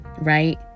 right